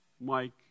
Mike